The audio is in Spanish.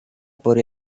por